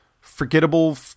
forgettable